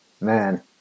Man